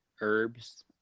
herbs